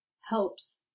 helps